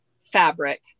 Fabric